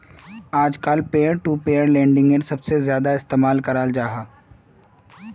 आजकल peer to peer लेंडिंगेर सबसे ज्यादा इस्तेमाल कराल जाहा